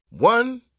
One